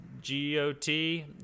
G-O-T